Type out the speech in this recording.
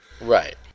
Right